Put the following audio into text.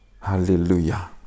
Hallelujah